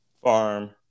farm